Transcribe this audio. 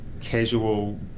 casual